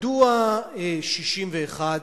מדוע 61?